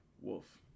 Wolf